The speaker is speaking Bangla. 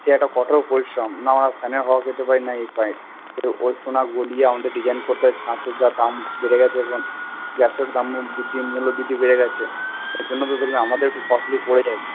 সে এক কঠোর পরিশ্রম না আমরা ফ্যানের হাওয়া খেতে পারি না ইয়ে পাই ওই সোনা গলিয়ে আমাদের ডিজাইন করতে হয় ছাঁচের যা দাম বেড়ে গেছে এখন গ্যাসের দামও বৃদ্ধি মূল্য বৃদ্ধি বেড়ে গেছে এর জন্য তো ধরুন আমাদের একটু কস্টলি পড়ে যায়